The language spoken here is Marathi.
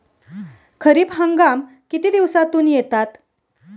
खरीप हंगाम किती दिवसातून येतात?